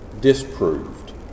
disproved